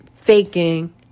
faking